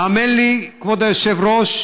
האמן לי, כבוד היושב-ראש,